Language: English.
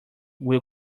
will